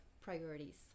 priorities